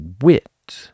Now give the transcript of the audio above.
wit